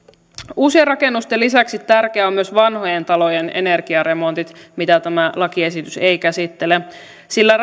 uusien rakennusten lisäksi tärkeää on myös vanhojen talojen energiaremontit mitä tämä lakiesitys ei käsittele sillä